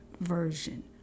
version